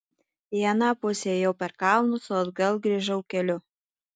į aną pusę ėjau per kalnus o atgal grįžau keliu